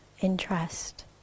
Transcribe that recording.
Interest